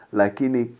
lakini